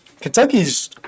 Kentucky's